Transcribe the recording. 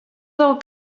del